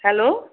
hello